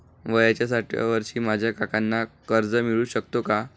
वयाच्या साठाव्या वर्षी माझ्या काकांना कर्ज मिळू शकतो का?